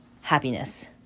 happiness